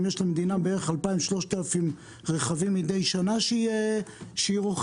אם יש למדינה בערך 2,300 רכבים מדי שנה שהיא רוכשת,